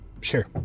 sure